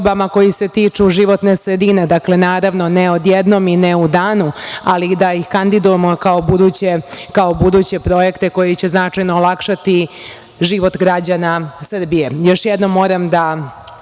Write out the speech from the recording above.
koje se tiču životne sredine. Dakle, naravno, ne odjednom i ne u danu, ali da ih kandidujemo kao buduće projekte koji će značajno olakšati život građana Srbije. Još jednom moram da